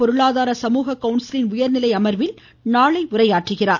பொருளாதார சமூக கவுன்சிலின் உயர்நிலை அமர்வில் நாளை உரையாற்றுகிறார்